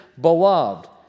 beloved